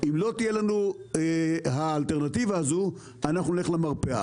אם לא תהיה לנו האלטרנטיבה הזו, אנחנו נלך למרפאה.